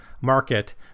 market